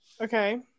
Okay